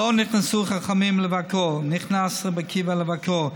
לא נכנסו חכמים לבקרו ונכנס רבי עקיבא לבקרו,